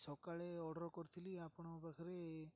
ସକାଳେ ଅର୍ଡ଼ର୍ କରିଥିଲି ଆପଣଙ୍କ ପାଖରେ